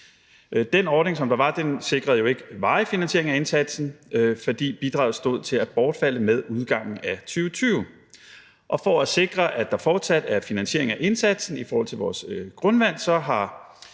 Den ordning, der var, sikrede jo ikke en varig finansiering af indsatsen, fordi bidraget stod til at bortfalde med udgangen af 2020, og for at sikre, at der fortsat er en finansiering af indsatsen i forhold til vores grundvand,